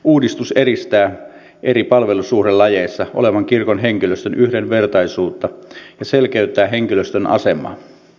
uudistus edistää eri palvelussuhdelajeissa olevan kirkon henkilöstön yhdenvertaisuutta ja selkeyttää henkilöstön asemaa